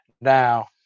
Now